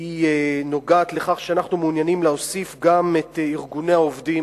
נוגעת לכך שאנחנו מעוניינים להוסיף גם את ארגוני העובדים,